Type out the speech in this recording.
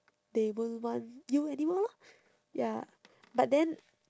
they won't want you anymore lor ya but then